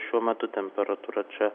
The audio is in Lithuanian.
šiuo metu temperatūra čia